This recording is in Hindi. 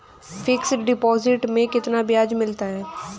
फिक्स डिपॉजिट में कितना ब्याज मिलता है?